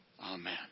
Amen